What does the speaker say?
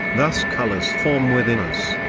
thus colors form within us,